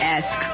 Ask